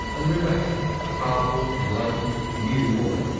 and rebecca a powerful, enlightened, new woman.